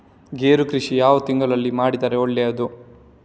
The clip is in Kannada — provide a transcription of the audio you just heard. ಗೇರು ಕೃಷಿ ಯಾವ ತಿಂಗಳಲ್ಲಿ ಮಾಡಿದರೆ ಒಳ್ಳೆಯದು?